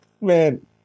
man